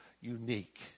unique